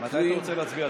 מתי אתה רוצה להצביע,